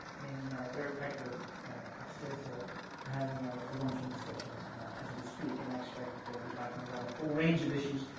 and they're in fact, they're upstairs ah having ah a luncheon discussion as we speak. and i expect that they'll be talking about a full range of issues,